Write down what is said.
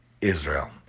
Israel